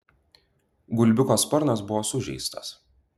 gulbiuko sparnas buvo sužeistas